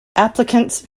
applicants